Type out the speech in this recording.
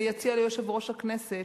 אני אציע ליושב-ראש הכנסת